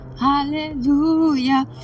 hallelujah